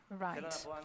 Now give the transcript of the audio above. Right